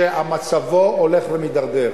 שמצבו הולך ומידרדר.